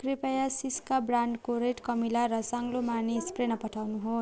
कृपया सिस्का ब्रान्डको रेड कमिला र साङ्लो मार्ने स्प्रे नपठाउनुहोस्